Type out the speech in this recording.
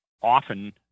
often